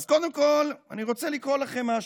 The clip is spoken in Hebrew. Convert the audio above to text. אז קודם כול, אני רוצה לקרוא לכם משהו,